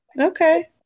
Okay